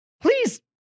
Please